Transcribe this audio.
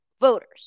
voters